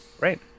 Right